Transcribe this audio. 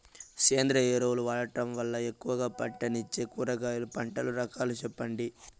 సేంద్రియ ఎరువులు వాడడం వల్ల ఎక్కువగా పంటనిచ్చే కూరగాయల పంటల రకాలు సెప్పండి?